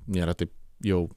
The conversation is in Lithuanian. nėra taip jau